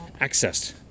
accessed